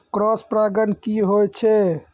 Cross परागण की होय छै?